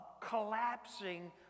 collapsing